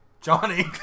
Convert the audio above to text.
Johnny